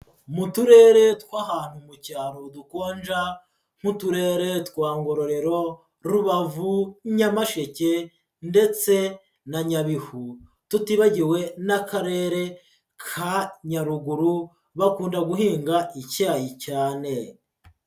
Mu turere tw’ahantu mu cyaro dukonja nk’uturere twa Ngororero, Rubavu, Nyamasheke ndetse na Nyabihu, tutibagiwe n'Akarere ka Nyaruguru, bakunda guhinga icyayi cyane.